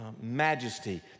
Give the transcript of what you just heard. majesty